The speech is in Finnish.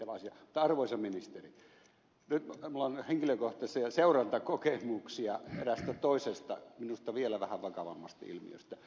mutta arvoisa ministeri minulla on henkilökohtaisia seurantakokemuksia eräästä toisesta minusta vielä vähän vakavammasta ilmiöstä